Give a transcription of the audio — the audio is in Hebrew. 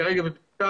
היא כרגע בבדיקה.